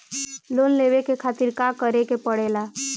Loan लेवे के खातिर का करे के पड़ेला?